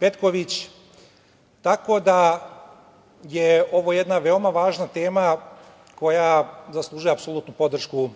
Petković, tako da je ovo jedna veoma važna tema koja zaslužuje apsolutnu podršku